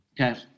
Okay